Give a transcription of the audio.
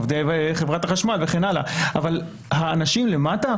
עובדי חברת החשמל וכן הלאה אבל האנשים למטה,